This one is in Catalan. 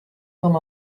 com